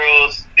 girls